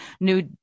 new